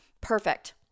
perfect